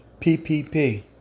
PPP